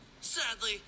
Sadly